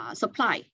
supply